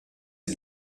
est